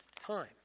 time